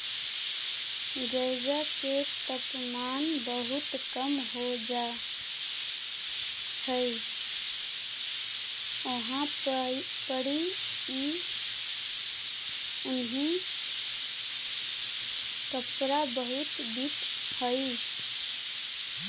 जेजा के तापमान बहुत कम हो जा हई उहाँ पड़ी ई उन्हीं कपड़ा बहुत बिक हई